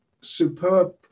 superb